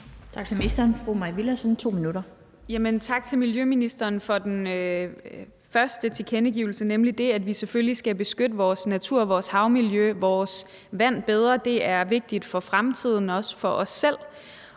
2 minutter. Kl. 14:38 Mai Villadsen (EL): Tak til miljøministeren for den første tilkendegivelse, nemlig det, at vi selvfølgelig skal beskytte vores natur, vores havmiljø og vores vand bedre. Det er vigtigt for fremtiden, også for os selv,